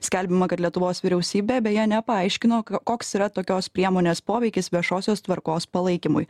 skelbiama kad lietuvos vyriausybė beje nepaaiškino koks yra tokios priemonės poveikis viešosios tvarkos palaikymui